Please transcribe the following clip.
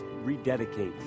rededicate